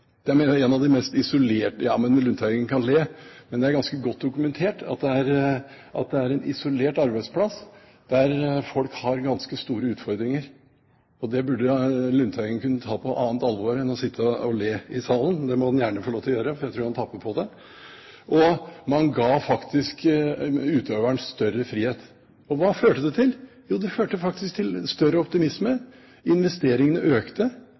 kan le, men det er ganske godt dokumentert at det er en isolert arbeidsplass, der folk har ganske store utfordringer – det burde Lundteigen kunne ta på annet alvor istedenfor å sitte og le i salen; det må han gjerne få lov til å gjøre, for det tror jeg han taper på. Man ga altså utøveren større frihet. Hva førte det til? Jo, det førte faktisk til større optimisme, det var kraftige tegn til økte